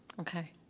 okay